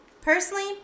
Personally